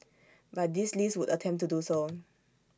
but this list would attempt to do so